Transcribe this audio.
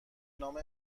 نام